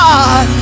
God